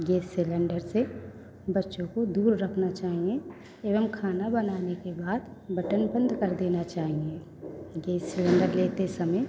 gas cylinder से बच्चों को दूर रखना चाहिए एवं खाना बनाने के बाद बटन बंद कर देना चाहिए गैस सिलेंडर लेते समय